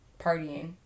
partying